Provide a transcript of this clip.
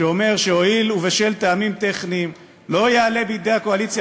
שאומר שהואיל ובשל טעמים טכניים לא יעלה בידי הקואליציה